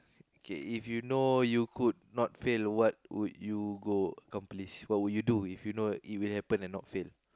okay if you know you could not fail or what would you go accomplish what would you do if you know that it will happen and not fail